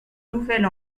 nouvelle